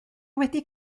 wedi